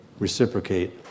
reciprocate